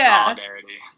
solidarity